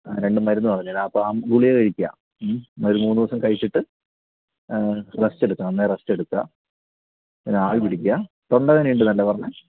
രണ്ട് മരുന്ന് പറഞ്ഞുതരാം അപ്പോൾ ആ ഗുളിക കഴിക്കുക ഒര് മൂന്ന് ദിവസം കഴിച്ചിട്ട് റെസ്റ്റ് എടുക്കണം നന്നായി റെസ്റ്റ് എടുക്കുക പിന്നെ ആവി പിടിക്കുക തൊണ്ടവേന ഉണ്ട് എന്നല്ലേ പറഞ്ഞത്